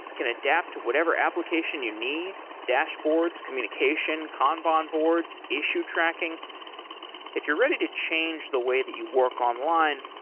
can adapt to whatever application you need, dashboards, communication, kanban boards, issue tracking if you're ready to change the way that you work online,